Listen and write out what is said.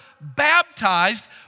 baptized